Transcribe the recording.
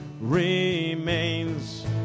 remains